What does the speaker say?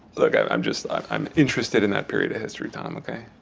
look. i'm just i'm i'm interested in that period of history time. ok.